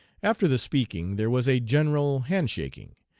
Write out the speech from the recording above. after the speaking there was a general hand-shaking.